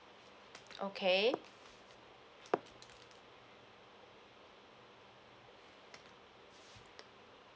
okay